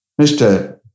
Mr